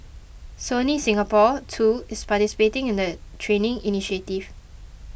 Sony Singapore too is participating in the training initiative